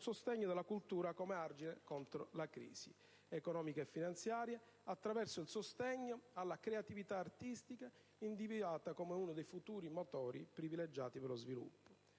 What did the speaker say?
sostegno della cultura come argine contro la crisi economica e finanziaria, attraverso il sostegno alla creatività artistica, individuata come uno dei futuri motori privilegiati per lo sviluppo.